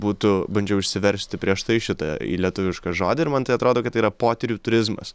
būtų bandžiau išsiversti prieš tai šitą r lietuvišką žodį ir man tai atrodo kad tai yra potyrių turizmas